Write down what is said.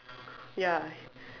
ya